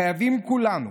חייבים כולנו,